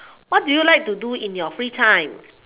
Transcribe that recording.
what do you like to in your free time